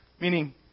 Meaning